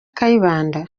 kayibanda